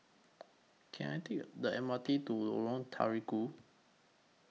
Can I Take A The M R T to Lorong Terigu